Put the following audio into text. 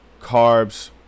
carbs